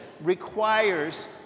requires